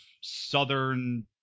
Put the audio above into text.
southern